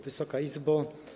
Wysoka Izbo!